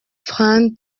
franc